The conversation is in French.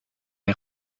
est